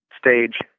stage